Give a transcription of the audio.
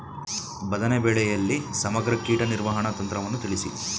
ಬದನೆ ಬೆಳೆಯಲ್ಲಿ ಸಮಗ್ರ ಕೀಟ ನಿರ್ವಹಣಾ ತಂತ್ರವನ್ನು ತಿಳಿಸಿ?